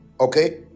Okay